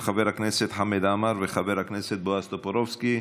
של חבר הכנסת חמד עמאר וחבר הכנסת בועז טופורובסקי.